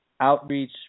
outreach